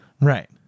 Right